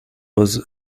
was